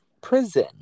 prison